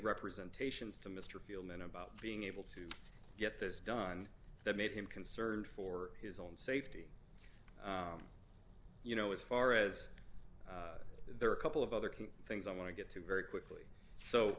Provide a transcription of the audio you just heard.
representations to mr field men about being able to get this done that made him concerned for his own safety you know as far as there are a couple of other can things i want to get to very quickly so